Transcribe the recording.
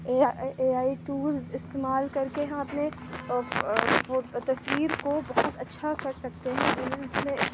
a I A I tools استعمال کر کے ہم اپنے تصویر کو بہت اچھا کر سکتے ہیں پھر اس میں